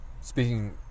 speaking